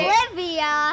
Olivia